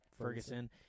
Ferguson